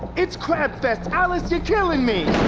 it's crabfest! alice, you're killing me!